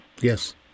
Yes